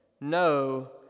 no